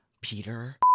Peter